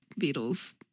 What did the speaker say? Beatles